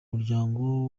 muryango